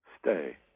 stay